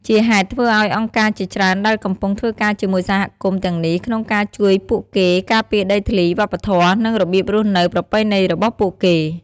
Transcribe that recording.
ជាហេតុធ្វើឲ្យអង្គការជាច្រើនដែលកំពុងធ្វើការជាមួយសហគមន៍ទាំងនេះក្នុងការជួយពួកគេការពារដីធ្លី វប្បធម៌ និងរបៀបរស់នៅប្រពៃណីរបស់ពួកគេ។